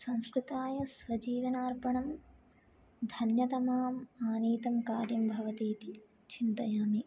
संस्कृताय स्वजीवनार्पणं धन्यतमाम् आनेतुं कार्यं भवति इति चिन्तयामि